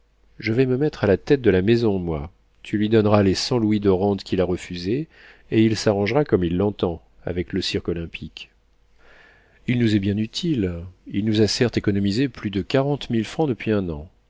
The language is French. je vais me mettre à la tête de la maison moi tu lui donneras les cent louis de rentes qu'il a refusés et il s'arrangera comme il l'entend avec le cirque-olympique il nous est bien utile il nous a certes économisé plus de quarante mille francs depuis un an